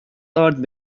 ارد